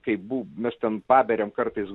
kaip bu mes ten paberiam kartais